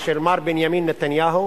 של מר בנימין נתניהו.